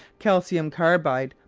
calcium carbide,